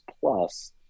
Plus